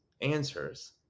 answers